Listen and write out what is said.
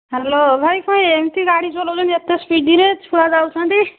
hello ଭାଇ କ'ଣ ଏମିତି ଗାଡ଼ି ଚଲାଉଚନ୍ତି ଏତେ ସ୍ପିଡ଼ିରେ ଛୁଆ ଯାଉଛନ୍ତି